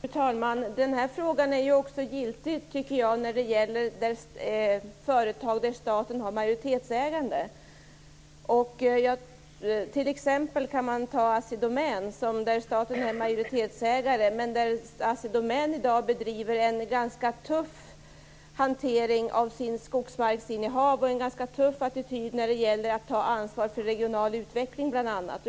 Fru talman! Den här frågan är ju också giltig när det gäller företag där staten har majoritetsägande. I t.ex. Assi Domän där staten är majoritetsägare har Assi Domän i dag en ganska tuff hantering av sitt skogsmarksinnehav och en ganska tuff attityd när det gäller att ta ansvar för regional utveckling bl.a.